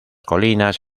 colinas